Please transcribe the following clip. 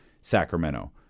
Sacramento